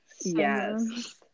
Yes